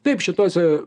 taip šitose